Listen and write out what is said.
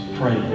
pray